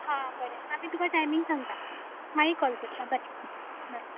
हा बरें आमी तुका टायमींग सांगता मागीर कॉल करता बरें बरें